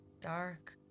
Dark